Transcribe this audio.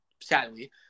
sadly